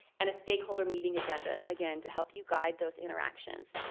and a stakeholder meeting agenda, again, to help you guide those interactions.